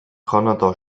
kanada